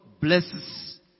blesses